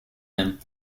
him